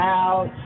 out